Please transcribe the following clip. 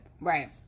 right